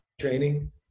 training